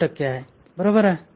3 टक्के आहे बरोबर आहे